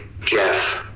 Jeff